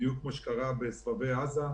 בדיוק כמו שקרה בסבבי עזה,